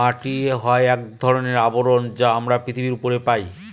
মাটি হয় এক ধরনের আবরণ যা আমরা পৃথিবীর উপরে পায়